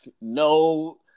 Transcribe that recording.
no